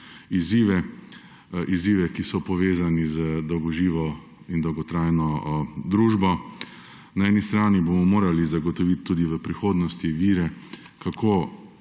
izzive, ki so povezani z dolgo živečo in dolgotrajno družbo. Na eni strani bomo morali zagotoviti tudi v prihodnosti vire, kako